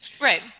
right